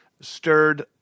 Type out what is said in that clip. stirred